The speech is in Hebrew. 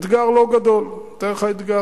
אתגר לא גדול, אתן לך אתגר,